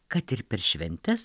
kad ir per šventes